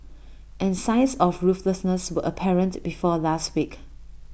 and signs of ruthlessness were apparent before last week